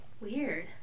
weird